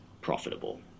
profitable